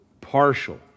partial